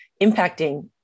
impacting